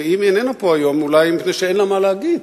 ואם היא איננה פה היום אולי מפני שאין לה מה להגיד,